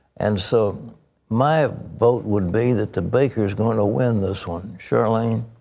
and so my vote would be that the baker is going to win this one. charlene?